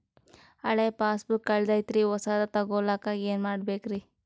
ಹಳೆ ಪಾಸ್ಬುಕ್ ಕಲ್ದೈತ್ರಿ ಹೊಸದ ತಗೊಳಕ್ ಏನ್ ಮಾಡ್ಬೇಕರಿ?